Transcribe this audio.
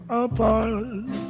apart